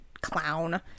clown